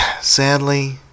sadly